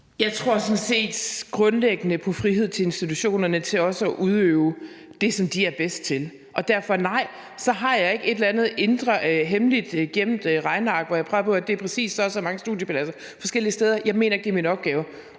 Jeg tror sådan set grundlæggende på frihed til institutionerne til også at udøve det, som de er bedst til, og derfor har jeg ikke et eller andet indre hemmeligt, gemt regneark, hvor jeg peger på, at det er præcis så og så mange studiepladser forskellige steder, nej. Jeg mener ikke, det er min opgave,